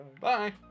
Bye